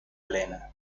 helena